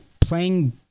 playing